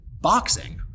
boxing